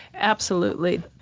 absolutely.